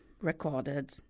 recorded